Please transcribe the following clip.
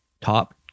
top